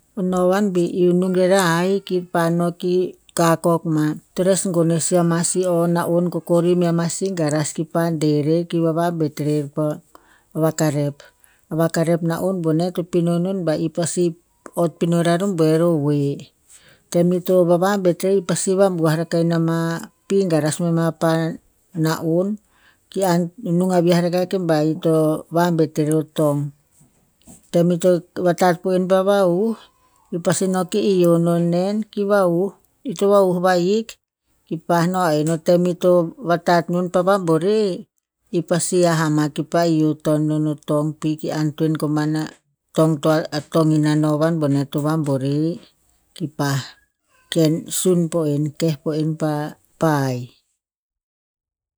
Novan bi iuh nung erer o hai kir pa no ki kakok ma. To nes gon reh sih ama sih o na'on kokori mea ma sih garas kipa deh rer ki vavabet rer pa vakarep. Vakarep na'on boneh to pino enon ba i pasi ott pino raro boer o hoe. Tem ito vavabet rer pasi vabuah rakah ina ma pi garas me ma pa na'on, ki ha nung a viah rakah ke ba ito vabet ere o tong. Tem ito vatat po en pa vahu, i pasi no ki i hio non nen, ki vahu. Ito vahu vahik, ito noh aen. O tem ito vatat non pa vabore, i pasi ha ama ki pa hio taon o tong pi ki antoen koman a tong to- tong ino novan boneh to vabore. Kipa sun po en, keh po en pa- pa hai.